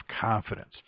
confidence